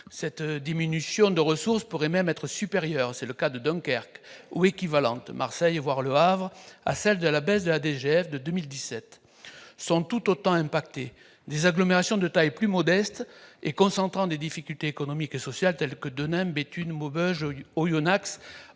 cette diminution de ressources pourrait même être supérieure- c'est le cas de Dunkerque - ou équivalente- comme à Marseille, voire au Havre -à celle de la baisse de la DGF de 2017. Sont tout autant impactées des agglomérations de taille plus modeste et concentrant des difficultés économiques et sociales telles que Denain, Béthune, Maubeuge, Oyonnax,